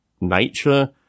nature